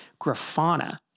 Grafana